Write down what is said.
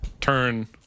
Turn